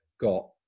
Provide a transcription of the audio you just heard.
got